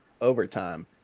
overtime